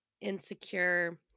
insecure